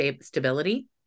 stability